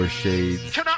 shades